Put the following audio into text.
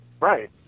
Right